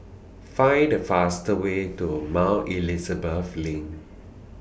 Find The fastest Way to Mount Elizabeth LINK